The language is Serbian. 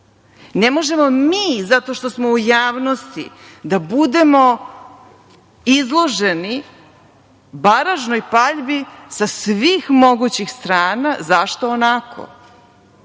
Ne možemo mi zato što smo u javnosti da budemo izloženi baražnoj paljbi sa svih mogućih strana. Zašto? Onako.